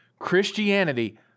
Christianity